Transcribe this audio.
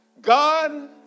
God